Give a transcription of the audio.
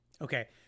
Okay